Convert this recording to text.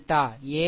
21 a 2 2 a 2 2